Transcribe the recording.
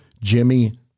Jimmy